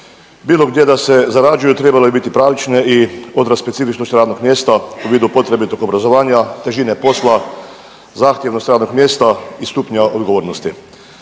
Bilo gdje se zarađuju trebale bi biti pravične i odraz specifičnosti radnog mjesta u vidu potrebitog obrazovanja, težine posla, zahtjevnost radnog mjesta i stupnja odgovornosti